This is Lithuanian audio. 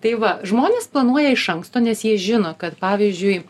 tai va žmonės planuoja iš anksto nes jie žino kad pavyzdžiui